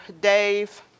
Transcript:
Dave